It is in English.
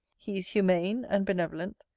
he is humane and benevolent,